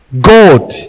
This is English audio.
God